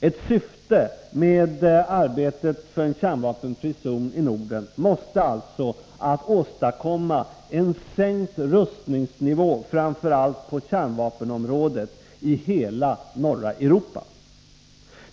Ett syfte med arbetet för en kärnvapenfri zon i Norden måste alltså vara att åstadkomma en sänkning av rustningsnivån, framför allt på kärnvapenområdet, i hela norra Europa.